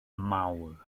mawr